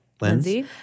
Lindsay